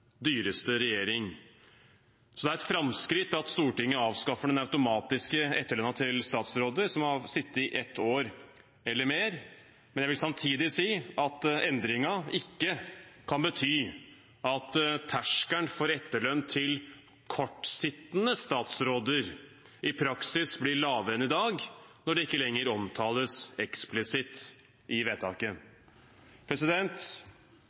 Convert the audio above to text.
regjering. Det er et framskritt at Stortinget avskaffer den automatiske etterlønnen til statsråder som har sittet i ett år eller mer. Men jeg vil samtidig si at endringen ikke kan bety at terskelen for etterlønn til kortsittende statsråder i praksis blir lavere enn i dag, når det ikke lenger omtales eksplisitt i vedtaket.